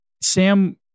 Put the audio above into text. Sam